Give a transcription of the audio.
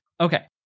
Okay